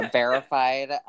verified